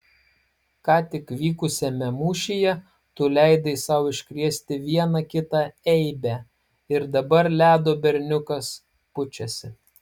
ką tik vykusiame mūšyje tu leidai sau iškrėsti vieną kitą eibę ir dabar ledo berniukas pučiasi